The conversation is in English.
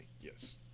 Yes